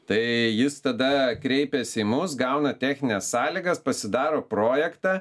tai jis tada kreipiasi į mus gauna technines sąlygas pasidaro projektą